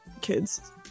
kids